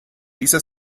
dieser